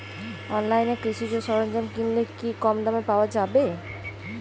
অনলাইনে কৃষিজ সরজ্ঞাম কিনলে কি কমদামে পাওয়া যাবে?